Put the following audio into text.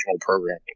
programming